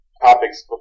topics